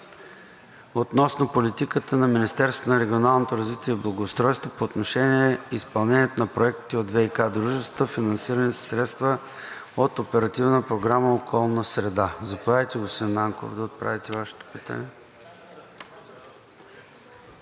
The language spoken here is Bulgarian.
относно политиката на Министерството на регионалното развитие и благоустройството по отношение изпълнението на проектите от ВиК дружествата, финансирани със средства от Оперативна програма „Околна среда“. Заповядайте, господин Нанков, да отправите Вашето питане.